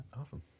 Awesome